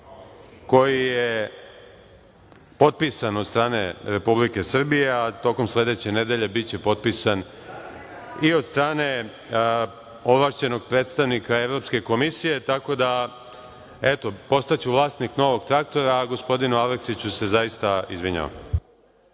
koji je potpisan od strane Republike Srbije, a tokom sledeće nedelje biće potpisan i od strane ovlašćenog predstavnika Evropske komisije, tako da, eto, postaću vlasnik novog traktora, a gospodinu Aleksiću se zaista izvinjavam.